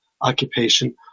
occupation